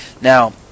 Now